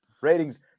ratings